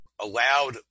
allowed